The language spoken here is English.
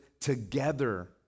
together